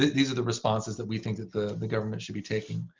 these are the responses that we think that the the government should be taking.